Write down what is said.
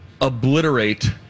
obliterate